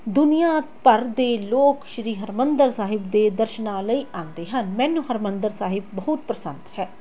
ਦੁਨੀਆ ਭਰ ਦੇ ਲੋਕ ਸ਼੍ਰੀ ਹਰਿਮੰਦਰ ਸਾਹਿਬ ਦੇ ਦਰਸ਼ਨਾਂ ਲਈ ਆਉਂਦੇ ਹਨ ਮੈਨੂੰ ਹਰਿਮੰਦਰ ਸਾਹਿਬ ਬਹੁਤ ਪਸੰਦ ਹੈ